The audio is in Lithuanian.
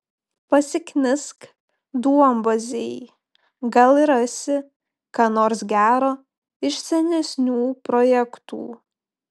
pasiknisk duombazėj gal rasi ką nors gero iš senesnių projektų